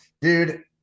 dude